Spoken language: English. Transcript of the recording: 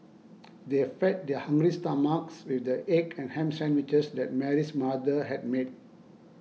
they fed their hungry stomachs with the egg and ham sandwiches that Mary's mother had made